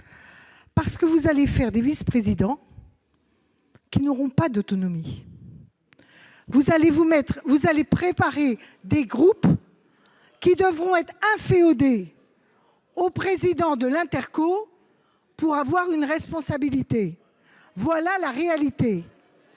effet, vous allez faire des vice-présidents qui n'auront pas d'autonomie. Vous allez préparer des groupes qui devront être inféodés au président de l'intercommunalité pour avoir une responsabilité. Voilà la réalité